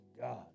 God